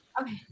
Okay